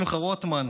שמחה רוטמן,